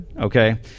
okay